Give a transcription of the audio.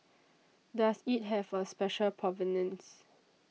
does it have a special provenance